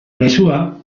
mezua